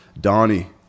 donnie